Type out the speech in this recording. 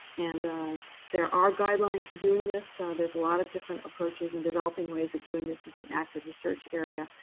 and there are guidelines for doing this. there's a lot of different approaches and developing ways of doing this as an active research area,